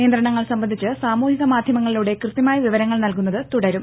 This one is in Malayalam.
നിയന്ത്രണങ്ങൾ സംബന്ധിച്ച് സാമൂഹിക മാധ്യമങ്ങളിലൂടെ കൃത്യമായ വിവരങ്ങൾ നൽകുന്നത് തുടരും